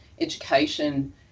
education